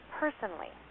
personally